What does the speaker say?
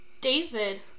David